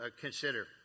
consider